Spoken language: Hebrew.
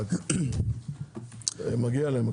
מגיע להם,